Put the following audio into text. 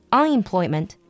unemployment